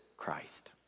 Christ